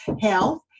health